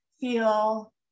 feel